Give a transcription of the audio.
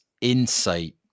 insight